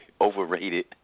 overrated